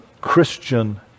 christian